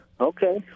Okay